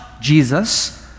Jesus